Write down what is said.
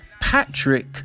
Patrick